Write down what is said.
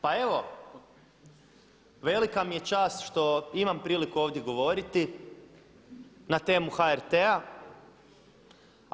Pa evo velika mi je čast što imam priliku ovdje govoriti na temu HRT-a.